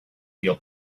feel